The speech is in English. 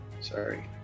sorry